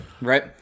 right